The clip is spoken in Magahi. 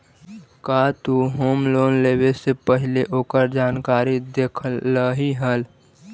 का तु होम लोन लेवे से पहिले ओकर जानकारी देखलही हल?